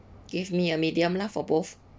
give me a medium lah for both